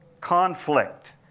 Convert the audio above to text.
conflict